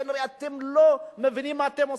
כנראה אתם לא מבינים מה אתם עושים.